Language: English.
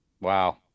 Wow